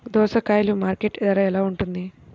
దోసకాయలు మార్కెట్ ధర ఎలా ఉంటుంది?